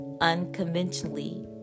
unconventionally